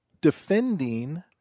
Defending